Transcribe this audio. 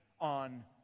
on